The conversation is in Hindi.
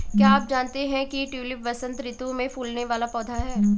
क्या आप जानते है ट्यूलिप वसंत ऋतू में फूलने वाला पौधा है